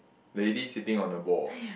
ladies sitting on the ball